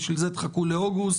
בשביל זה תחכו לאוגוסט.